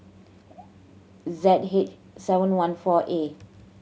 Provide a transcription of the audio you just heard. Z H seven one four A